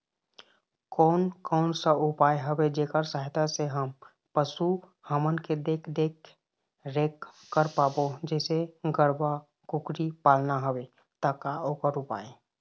कोन कौन सा उपाय हवे जेकर सहायता से हम पशु हमन के देख देख रेख कर पाबो जैसे गरवा कुकरी पालना हवे ता ओकर उपाय?